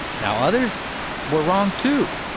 now, others were wrong, too.